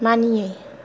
मानियै